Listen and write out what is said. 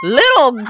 little